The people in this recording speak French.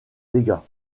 dégât